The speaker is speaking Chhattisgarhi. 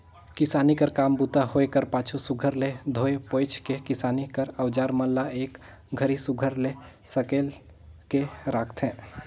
किसानी कर काम बूता होए कर पाछू सुग्घर ले धोए पोएछ के किसानी कर अउजार मन ल एक घरी सुघर ले सकेल के राखथे